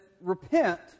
repent